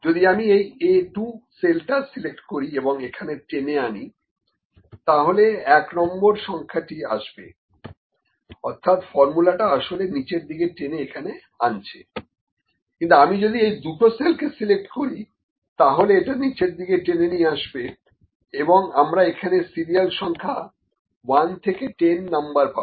যদি আমি এই A2 সেলটা সিলেক্ট করি এবং এখানে টেনে আনি তাহলে 1 নম্বর সংখ্যাটি আসবে অর্থাৎ ফর্মুলাটা আসলে নিচের দিকে টেনে এখানে আনছে কিন্তু আমি যদি এই দুটো সেলকে সিলেক্ট করি তাহলো এটা নিচের দিকে টেনে নিয়ে আসবে এবং আমরা এখানে সিরিয়াল সংখ্যা 1 থেকে 10 নম্বর পাব